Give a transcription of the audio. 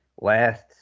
last